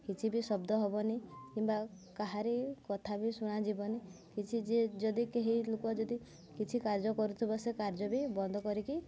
କିଛି ବି ଶବ୍ଦ ହବନି କିମ୍ବା କାହାରି କଥା ବି ଶୁଣାଯିବନି କିଛି ଯିଏ ଯଦି କେହି ଲୋକ ଯଦି କିଛି କାର୍ଯ୍ୟ କରୁଥିବ ସେ କାର୍ଯ୍ୟ ବି ବନ୍ଦ କରିକି